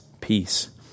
peace